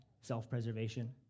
self-preservation